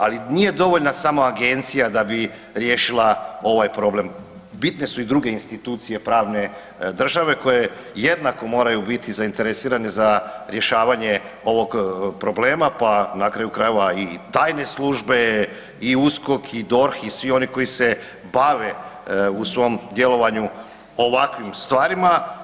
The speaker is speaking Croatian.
Ali nije dovoljna samo agencija da bi riješila ovaj problem, bitne su i druge institucije pravne države koje jednako moraju biti zainteresirane za rješavanje ovog problema, pa na kraju krajeva i tajne službe i USKOK i DORH i svi oni koji se bave u svom djelovanju ovakvim stvarima.